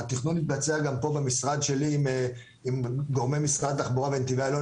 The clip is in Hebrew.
התכנון התבצע גם פה במשרד שלי עם גורמי משרד התחבורה ונתיבי איילון,